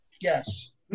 Yes